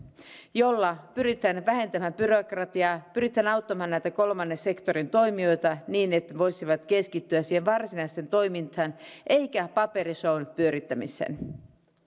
jolla pyritään vähentämään byrokratiaa pyritään auttamaan näitä kolmannen sektorin toimijoita niin että he voisivat keskittyä siihen varsinaiseen toimintaan eivätkä paperishown pyörittämiseen